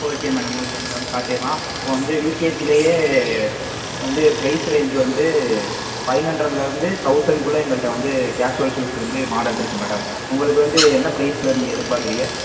okay madam okay madam காட்டிருலாம் இப்போ வந்து விகேசிலயே வந்து ஃபிரைஸ் ரேஞ்ச் வந்து ஃபை ஹண்ட்ரடில் இருந்து தௌசண்ட்குள்ளே எங்கள்கிட்ட வந்து கேஷுவல்ஸ் ஷூஸ் வந்து மாடல் இருக்கு மேடம் உங்களுக்கு வந்து என்ன பிரைஸில் நீங்கள் எதிர்பார்க்குறீங்க